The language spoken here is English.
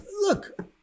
look